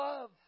love